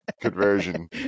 conversion